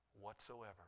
whatsoever